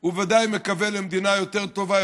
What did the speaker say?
והוא בוודאי מקווה למדינה יותר טובה,